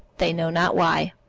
they know not why.